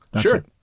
Sure